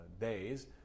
days